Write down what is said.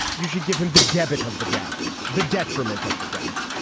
you should give him the debit of the doubt, the detriment of the doubt.